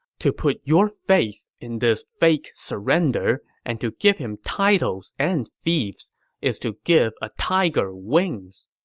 to put your faith in this fake surrender and to give him titles and fiefs is to give a tiger wings.